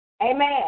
Amen